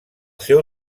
seu